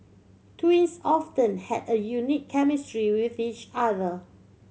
twins often had a unique chemistry with each other